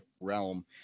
realm